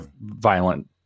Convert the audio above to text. violent